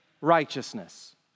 righteousness